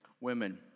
women